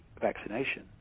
vaccination